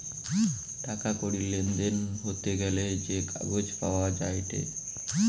টাকা কড়ির লেনদেন হতে গ্যালে যে কাগজ পাওয়া যায়েটে